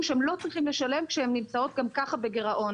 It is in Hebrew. שהם לא צריכים לשלם כשהן נמצאות גם ככה בגירעון.